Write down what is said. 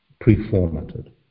pre-formatted